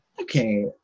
Okay